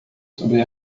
sobre